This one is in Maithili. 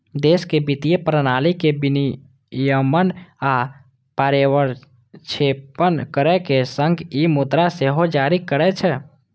देशक वित्तीय प्रणाली के विनियमन आ पर्यवेक्षण करै के संग ई मुद्रा सेहो जारी करै छै